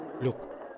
Look